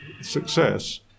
success